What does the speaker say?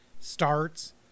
starts